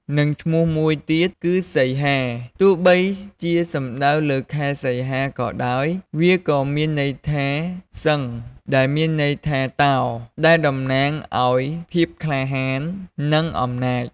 និងឈ្មោះមួយទៀតគឺសីហា ទោះបីជាសំដៅលើខែសីហាក៏ដោយ វាក៏មានន័យថា សិង្ហ ដែលមានន័យថា តោ ដែលតំណាងឲ្យភាពក្លាហាន និងអំណាច។